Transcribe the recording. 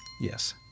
Yes